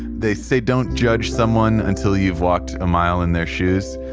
they say don't judge someone until you've walked a mile in their shoes.